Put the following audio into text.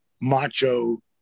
Macho